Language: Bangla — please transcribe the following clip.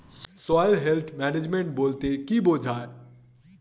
সয়েল হেলথ ম্যানেজমেন্ট বলতে কি বুঝায়?